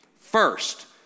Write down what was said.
First